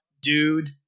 dude